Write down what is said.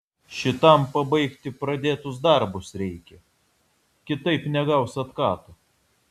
šitam pabaigti pradėtus darbus reikia kitaip negaus atkato